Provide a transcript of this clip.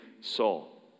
Saul